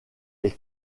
est